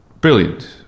Brilliant